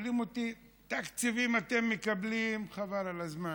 שואלים אותי: תקציבים אתם מקבלים חבל על הזמן.